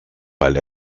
weil